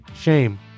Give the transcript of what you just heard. shame